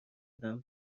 زدم